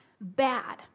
bad